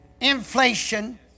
inflation